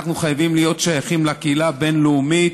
אנחנו חייבים להיות שייכים לקהילה הבין-לאומית.